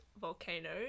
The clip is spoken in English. Volcano